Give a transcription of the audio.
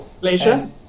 Pleasure